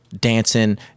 dancing